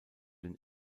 den